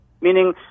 Meaning